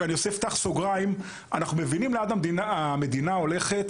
אני פותח סוגריים: אנחנו מבינים לאן המדינה הולכת